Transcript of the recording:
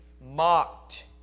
mocked